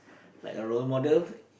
like a role model